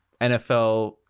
NFL